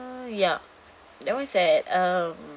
uh ya that one is at um